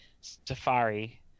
safari